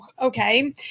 okay